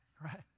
right